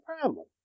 problem